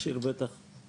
לשיר בטח לא.